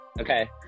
Okay